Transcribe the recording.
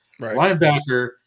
Linebacker